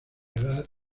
edad